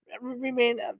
remain